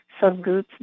subgroups